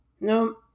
No